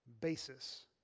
basis